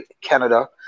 Canada